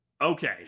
Okay